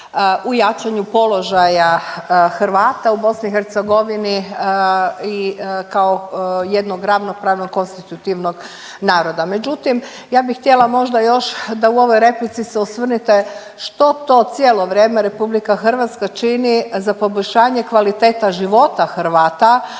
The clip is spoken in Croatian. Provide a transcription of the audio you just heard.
u jačanju položaja Hrvata u BiH i kao jednog ravnopravnog konstitutivnog naroda. Međutim, ja bih htjela možda još da u ovoj replici se osvrnete što to cijelo vrijeme RH čini za poboljšanje kvaliteta života Hrvata